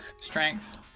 strength